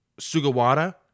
Sugawara